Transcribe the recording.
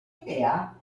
idea